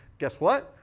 guess what?